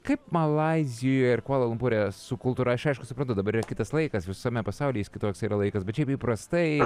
kaip malaizijoj ir kvala lumpūre su kultūra aš aišku suprantu dabar kitas laikas visame pasaulyje jis kitoks yra laikas bet šiaip įprastai